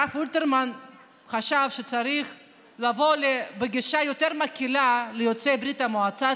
הרב אונטרמן חשב שצריך לבוא בגישה יותר מקילה ליוצאי ברית המועצות,